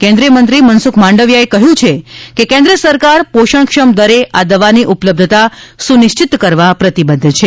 કેન્દ્રિય મંત્રી મનસુખ માંડવીયાએ કહ્યું છે કે કેન્દ્ર સરકાર પોષણક્ષમ દરે આ દવાની ઉપલબ્ધતા સુનિશ્ચિત કરવા પ્રતિબદ્ધ છે